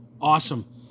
Awesome